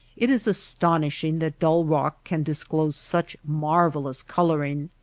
it is astonishing that dull rock can disclose such marvellous coloring.